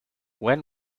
when